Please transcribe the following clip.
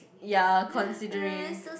ya considering